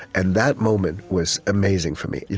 and that moment was amazing for me. yeah